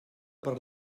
per